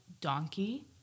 donkey